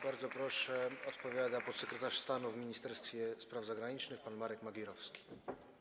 Bardzo proszę, odpowiada podsekretarz stanu w Ministerstwie Spraw Zagranicznych pan Marek Magierowski.